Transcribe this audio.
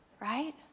right